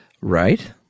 Right